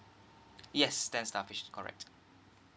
yes saint starfish correct